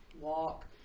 walk